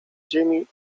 ziemi